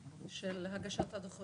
בגלל זה הגיע יושב ראש הקואליציה.